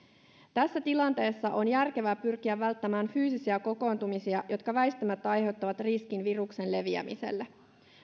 tässä tilanteessa on järkevää pyrkiä välttämään fyysisiä kokoontumisia jotka väistämättä aiheuttavat riskin viruksen leviämiseen